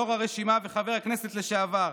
יו"ר הרשימה וחבר הכנסת לשעבר,